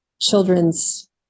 children's